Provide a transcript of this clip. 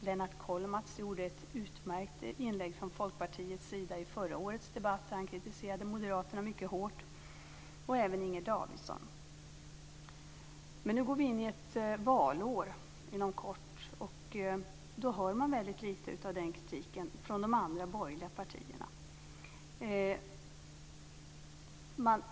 Lennart Kollmats gjorde ett utmärkt inlägg från Folkpartiets sida i förra årets debatt, där han kritiserade moderaterna mycket hårt, liksom även Inger Davidson. Men nu går vi inom kort in i ett valår, och då hör man väldigt lite av den här kritiken från de andra borgerliga partierna.